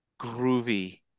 groovy